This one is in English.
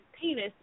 penis